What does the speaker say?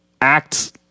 acts